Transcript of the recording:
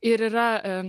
ir yra